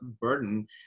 burden